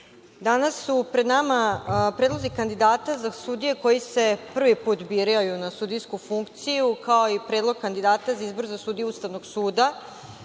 danas su pred nama predlozi kandidata za sudije koji se prvi put biraju na sudijsku funkciju, kao i predlog kandidata za izbor za sudije Ustavnog suda. Moram